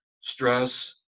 stress